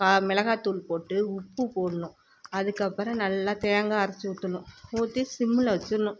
கா மிளகாத்தூள் போட்டு உப்பு போடணும் அதுக்கப்புறம் நல்லா தேங்காய் அரச்சு ஊற்றணும் ஊற்றி சிம்மில் வெச்சுர்ணும்